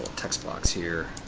text box here.